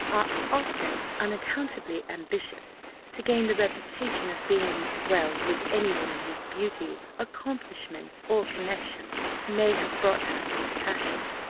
are often unaccountably ambitious to gain the reputation of being well with any woman whose beauty, accomplishments, or connexions, may have brought her into fashion.